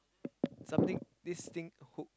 something this thing hook